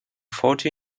forty